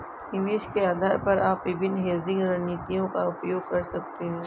निवेश के आधार पर आप विभिन्न हेजिंग रणनीतियों का उपयोग कर सकते हैं